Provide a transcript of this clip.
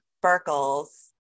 Sparkles